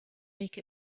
make